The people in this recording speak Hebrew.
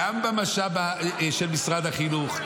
גם במשאב של משרד החינוך.